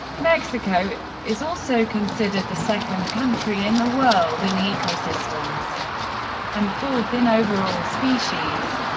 mexico is also considered the second country in the world in ecosystems and fourth in overall species.